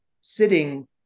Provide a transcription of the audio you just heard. sitting